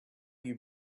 you